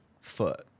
foot